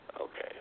Okay